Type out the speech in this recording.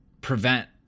prevent